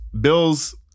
Bills